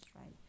right